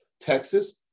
Texas